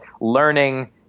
learning